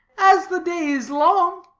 as the day is long.